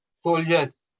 soldiers